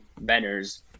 banners